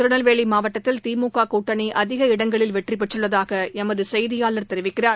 திருநெல்வேலி மாவட்டத்தில் திமுக கூட்டணி அதிக இடங்களில் வெற்றி பெற்றுள்ளதாக எமது செய்தியாளர் தெரிவிக்கிறார்